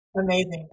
Amazing